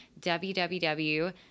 www